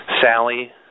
Sally